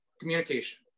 Communication